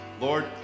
lord